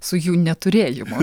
su jų neturėjimu